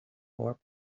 four